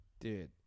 Dude